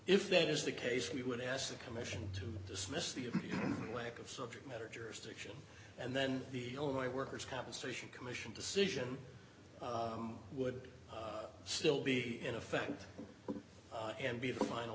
if that is the case we would ask the commission to dismiss the lack of subject matter jurisdiction and then the only workers compensation commission decision would still be in effect and be the final